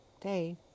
day